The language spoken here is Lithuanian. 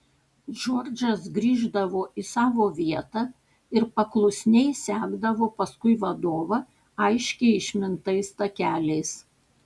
džordžas grįždavo į savo vietą ir paklusniai sekdavo paskui vadovą aiškiai išmintais takeliais